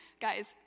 guys